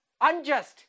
unjust